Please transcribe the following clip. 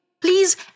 please